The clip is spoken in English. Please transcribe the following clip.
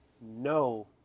no